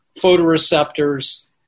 photoreceptors